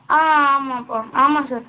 ஆ ஆமாம்ப்பா ஆமாம் சார்